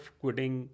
quitting